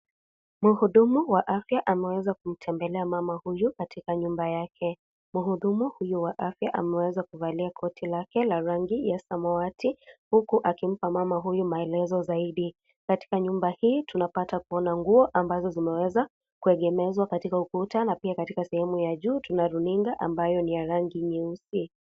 Muhudumu wa afya ameweza kumtembele mama huyu katika nyumba yake, mhudumu huyo wa afya ameweza kuvalia koti lake la rangi ya samawati huku akimpa mama huyu maelezo saidi, katika nyumba hii tunapata kuona nguo ambazo zimeweza kuegemezwa katika ukuta na pia katika sehemu ya juu tuna runinga ambayo ni ya rangi nyeusi.